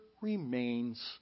remains